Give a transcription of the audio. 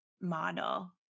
model